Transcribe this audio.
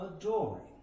adoring